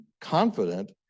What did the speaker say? confident